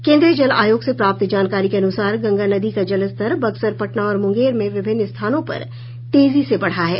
केन्द्रीय जल आयोग से प्राप्त जानकारी के अनुसार गंगा नदी का जलस्तर बक्सर पटना और मुंगेर में विभिन्न स्थानों पर तेजी से बढ़ा है